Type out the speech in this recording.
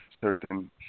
certain